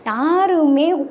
யாருமே